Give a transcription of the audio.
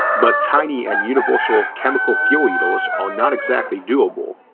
but tiny and universal chemical fuel eaters are not exactly doable.